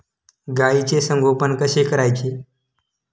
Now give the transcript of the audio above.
गाईचे संगोपन कसे करायचे?